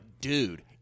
dude